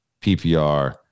PPR